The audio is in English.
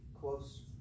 close